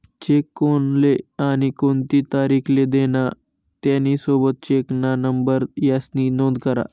check कोनले आणि कोणती तारीख ले दिना, त्यानी सोबत चेकना नंबर यास्नी नोंद करा